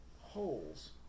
holes